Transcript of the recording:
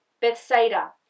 Bethsaida